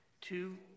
two